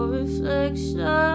reflection